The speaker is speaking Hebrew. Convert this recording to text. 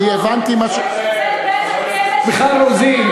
אני הבנתי מה, יש הבדל בין הכלא, מיכל רוזין.